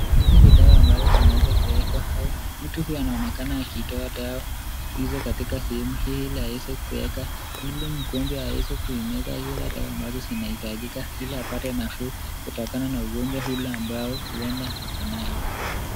Hizi ni dawa ambazo zimeweza kuekwa au mtu huyu anaonekana akitoa dawa hizi katika sehemu hii ili aweze kuweka ili mgonjwa aweze kuimeza zile dawa ambazo zinahitajika ili apate nafuu kutokana na ugonjwa ule ambao huenda ako nayo.